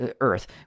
earth